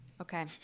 Okay